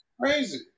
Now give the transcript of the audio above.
crazy